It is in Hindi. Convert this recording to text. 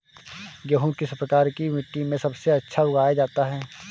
गेहूँ किस प्रकार की मिट्टी में सबसे अच्छा उगाया जाता है?